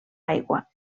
aigua